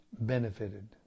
benefited